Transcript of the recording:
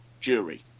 jury